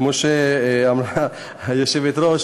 כמו שאמרה היושבת-ראש,